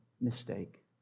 mistake